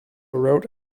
wrote